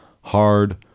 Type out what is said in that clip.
hard